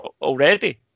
already